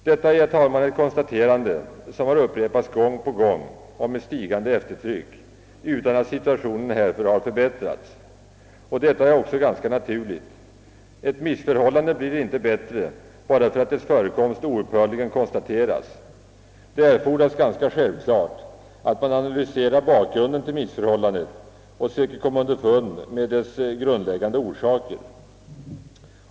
Detta är ett konstaterande som har upprepats gång på gång och med stigande eftertryck utan att situationen har förbättrats. Detta är också ganska naturligt. Ett missförhållande blir inte bättre bara därför att dess förekomst oupphörligt konstateras. Det erfordras naturligtvis att man analyserar bakgrunden till missförhållandet och söker komma underfund med dess grundläggande orsaker.